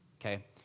okay